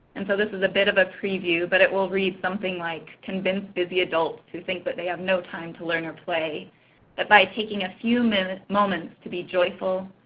and so this is a bit of a preview but it will read something like, convince busy adults who think that they have no time to learn or play that by taking a few moments moments to be joyful,